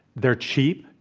they're cheap.